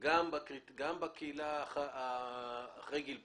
גם בקהילה אחרי גיל פרישה.